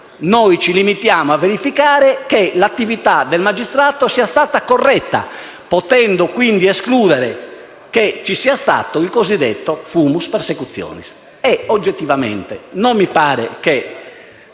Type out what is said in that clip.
Noi ci limitiamo a verificare che l'attività del magistrato sia stata corretta, potendo quindi escludere che ci sia stato il cosiddetto *fumus persecutionis*.